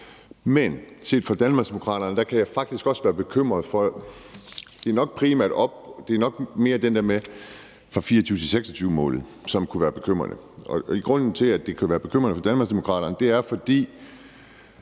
men set fra Danmarksdemokraternes side kan jeg faktisk også være bekymret. Det er nok mere den der med 2024-2026-målet, som kunne være bekymrende. Grunden til, at det kan være bekymrende for Danmarksdemokraterne, er,